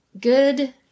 good